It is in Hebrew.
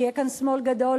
שיהיה כאן שמאל גדול,